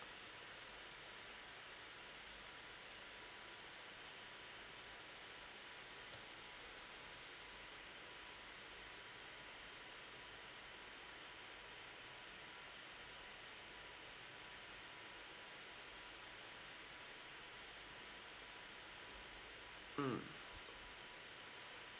mm